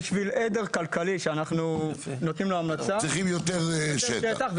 בשביל עדר כלכלי שאנחנו נותנים לו המלצה -- צריכים יותר שטח,